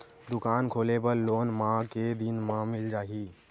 दुकान खोले बर लोन मा के दिन मा मिल जाही?